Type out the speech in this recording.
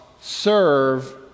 serve